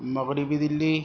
مغربی دِلّی